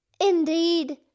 Indeed